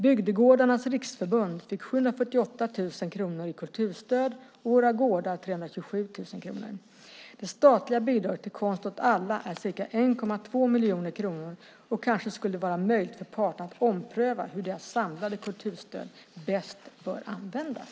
Bygdegårdarnas Riksförbund fick 748 000 kronor i kulturstöd och Våra Gårdar 327 000 kronor. Det statliga bidraget till Konst åt alla är ca 1,2 miljoner kronor. Kanske skulle det vara möjligt för parterna att ompröva hur deras samlade kulturstöd bäst bör användas.